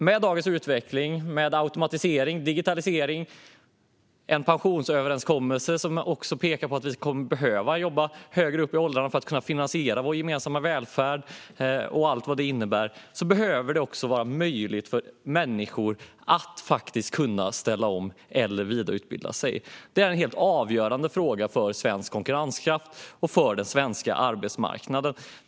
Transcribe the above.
Med dagens utveckling med automatisering och digitalisering samt en pensionsöverenskommelse som visar att vi kommer att behöva jobba högre upp i åldrarna för att finansiera vår gemensamma välfärd, med allt vad det innebär, behöver det vara möjligt för människor att ställa om eller vidareutbilda sig. Det är en helt avgörande fråga för svensk konkurrenskraft och för den svenska arbetsmarknaden.